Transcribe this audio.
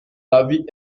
l’avis